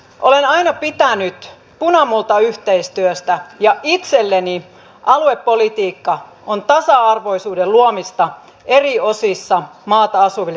olen aina pitänyt punamultayhteistyöstä ja itselleni aluepolitiikka on tasa arvoisuuden luomista eri osissa maata asuville suomalaisille